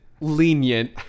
lenient